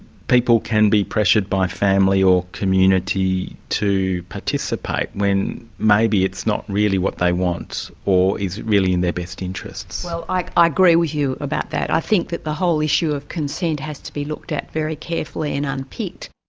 people can be pressured by family or community to participate, when maybe it's not really what they want, want, or is really in their best interests? well, i i agree with you about that. i think that the whole issue of consent has to be looked at very carefully and unpicked.